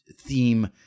theme